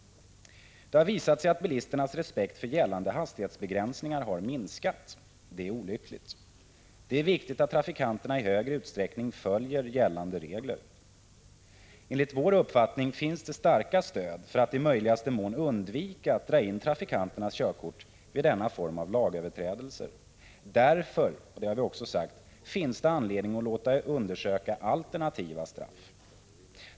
Det har visat sig att bilisternas respekt för gällande hastighetsbegränsningar har minskat. Det är olyckligt. Det är viktigt att trafikanterna i större utsträckning följer gällande regler. Enligt vår uppfattning finns det starkt stöd för att i möjligaste mån undvika att dra in trafikanternas körkort vid denna form av lagöverträdelser. Därför har vi också sagt att det finns anledning att låta undersöka alternativa straff.